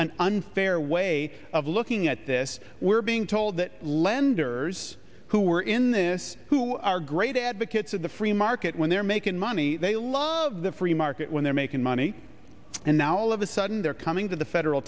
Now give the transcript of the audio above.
unfair way of looking at this we're being told that lenders who were in this who are great advocates of the free market when they're making money they love the free market when they're making money and now all of a sudden they're coming to the federal